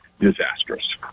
disastrous